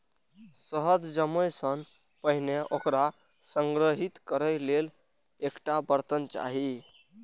शहद जमै सं पहिने ओकरा संग्रहीत करै लेल एकटा बर्तन चाही